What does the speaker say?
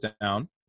down